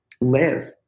live